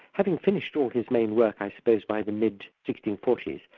having finished all his main work i suppose by the mid sixteen forty s,